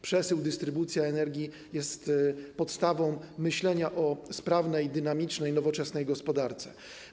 Przesył, dystrybucja energii jest podstawą myślenia o sprawnej, dynamicznej, nowoczesnej gospodarce.